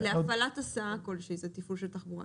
להפעלת הסעה כלשהי זה תפעול של תחבורה.